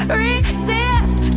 resist